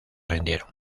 rindieron